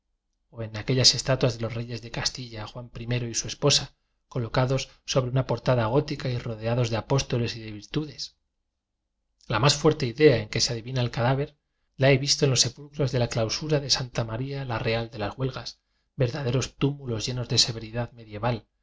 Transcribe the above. en aquellas estatuas de los reyes de castilla uan i y su esposa co locados sobre una portada gótica y rodea dos de apóstoles y de virtudes la más fuerte idea en que se adivine el cadáver la he visto en los sepulcros de la clausura de santa maría la real de las huelgas verda deros túmulos llenos de severidad medio